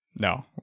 no